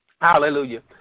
Hallelujah